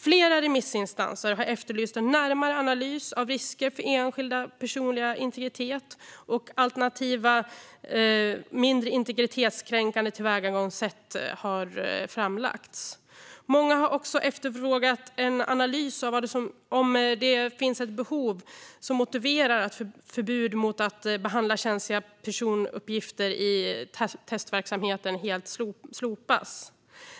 Flera remissinstanser har efterlyst en närmare analys av risker för enskildas personliga integritet, och alternativa mindre integritetskränkande tillvägagångssätt har framlagts. Många har också efterfrågat en analys av om det finns ett behov som motiverar att förbud mot att behandla känsliga personuppgifter i testverksamheten helt slopas.